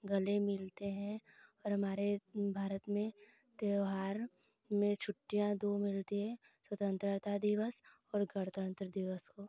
गले मिलते हैं और हमारे भारत में त्योहार में छुट्टियाँ दो मिलती हैं स्वतन्त्रता दिवस और गणतन्त्र दिवस को